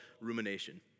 rumination